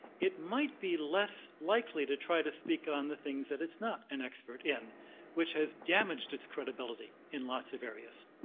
it might be less likely to try to speak on the things that it's not an expert in which has damaged it's credibility in lots of areas.